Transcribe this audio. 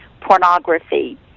pornography